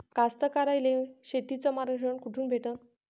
कास्तकाराइले शेतीचं मार्गदर्शन कुठून भेटन?